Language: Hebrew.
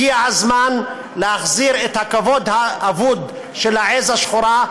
הגיע הזמן להחזיר את הכבוד האבוד של העז השחורה,